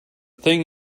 thing